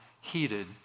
heated